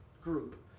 group